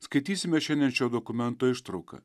skaitysime šiandien šio dokumento ištrauką